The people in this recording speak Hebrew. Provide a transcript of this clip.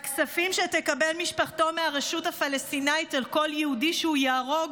הכספים שתקבל משפחתו מהרשות הפלסטינית על כל יהודי שהוא יהרוג